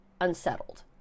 unsettled